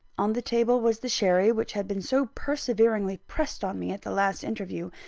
on the table was the sherry which had been so perseveringly pressed on me at the last interview,